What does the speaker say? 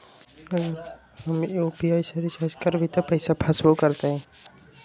अगर हम यू.पी.आई से रिचार्ज करबै त पैसा फसबो करतई?